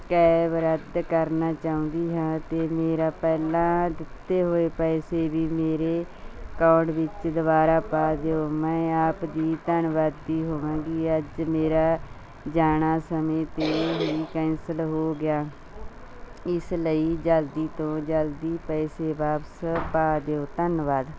cab ਰੱਦ ਕਰਨਾ ਚਾਹੁੰਦੀ ਹਾਂ ਅਤੇ ਮੇਰੇ ਪਹਿਲਾਂ ਦਿੱਤੇ ਹੋਏ ਪੈਸੇ ਵੀ ਮੇਰੇ ਅਕਾਂਊਟ ਵਿੱਚ ਦੁਬਾਰਾ ਪਾ ਦਿਓ ਮੈਂ ਆਪ ਦੀ ਧੰਨਵਾਦੀ ਹੋਵਾਂਗੀ ਅੱਜ ਮੇਰਾ ਜਾਣਾ ਸਮੇਂ 'ਤੇ ਹੀ ਕੈਂਸਲ ਹੋ ਗਿਆ ਇਸ ਲਈ ਜਲਦੀ ਤੋਂ ਜਲਦੀ ਪੈਸੇ ਵਾਪਸ ਪਾ ਦਿਓ ਧੰਨਵਾਦ